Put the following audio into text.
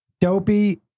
dopey